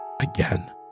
again